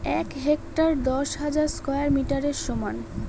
এক হেক্টার দশ হাজার স্কয়ার মিটারের সমান